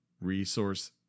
resource